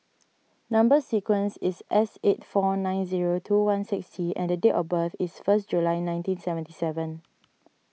Number Sequence is S eight four nine zero two one six T and date of birth is first July nineteen seventy seven